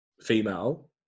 female